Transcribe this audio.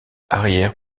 arrière